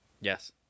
Yes